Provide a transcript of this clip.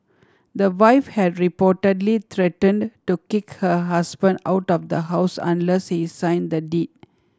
the wife had reportedly threatened to kick her husband out of the house unless he signed the deed